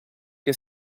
che